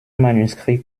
manuscrit